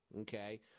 okay